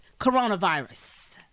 coronavirus